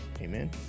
Amen